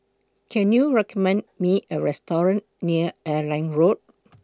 Can YOU recommend Me A Restaurant near Airline Road